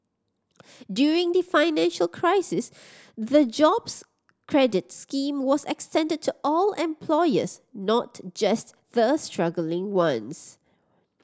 during the financial crisis the Jobs Credit scheme was extended to all employers not just the struggling ones